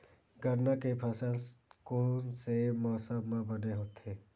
गन्ना के फसल कोन से मौसम म बने होथे?